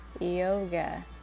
yoga